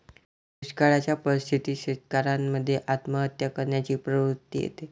दुष्काळयाच्या परिस्थितीत शेतकऱ्यान मध्ये आत्महत्या करण्याची प्रवृत्ति येते